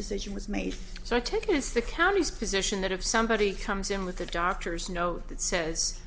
decision was made so i take it as the county's position that if somebody comes in with a doctor's note that says